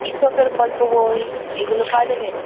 ঈশপের গল্প বই এইগুলো পাওয়া যাবে